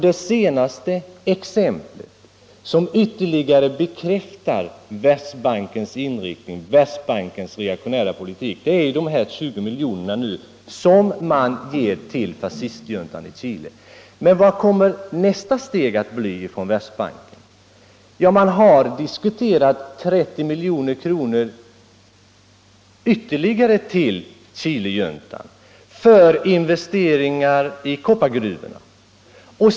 Det senaste exemplet, som ytterligare bekräftar Världsbankens inriktning och reaktionära politik, är de 20 milj. dollar som man ger till fascistjuntan i Chile. Vilket blir då Världsbankens nästa steg? Man har diskuterat ytterligare 30 milj. dollar till Chilejuntan för investeringar i koppargruvorna.